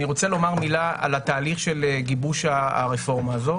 אני רוצה לומר מילה על התהליך של גיבוש הרפורמה הזאת,